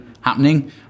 happening